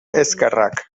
eskerrak